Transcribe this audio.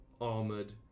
armored